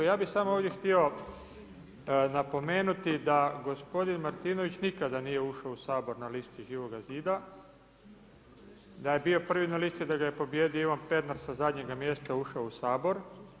Ja bih samo ovdje htio napomenuti da gospodin Martinović nikada nije ušao u Sabor na listi Živoga zida, da je bio prvi na listi, da ga je pobijedio Ivan Pernar, sa zadnjega mjesta ušao u Sabor.